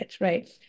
right